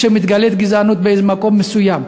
כשמתגלה גזענות באיזה מקום מסוים.